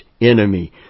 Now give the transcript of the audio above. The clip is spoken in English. enemy